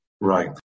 Right